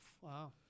Wow